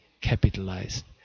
capitalized